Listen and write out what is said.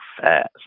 fast